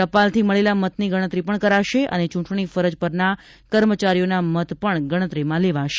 ટપાલથી મળેલા મતની ગણતરી પણ કરાશે અને ચૂંટણી ફરજ પરના કર્મચારીઓના મત પણ ગણતરીમાં લેવાશે